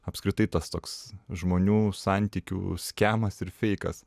apskritai tas toks žmonių santykių skemas ir feikas